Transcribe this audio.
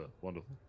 Wonderful